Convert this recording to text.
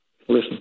listen